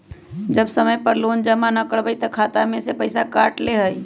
जब समय पर लोन जमा न करवई तब खाता में से पईसा काट लेहई?